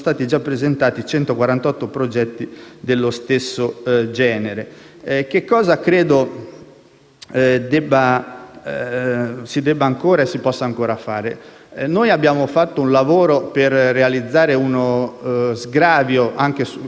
dello stesso genere. Cosa credo si debba e si possa ancora fare? Noi abbiamo fatto un lavoro per realizzare uno sgravio anche in esecuzione della legge Smuraglia.